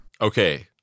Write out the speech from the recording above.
Okay